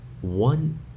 one